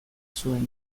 zuen